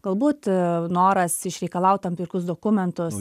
galbūt noras išreikalaut tam tikrus dokumentus